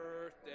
birthday